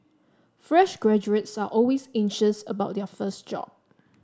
fresh graduates are always anxious about their first job